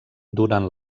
durant